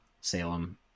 Salem